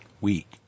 week